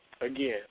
Again